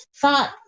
thought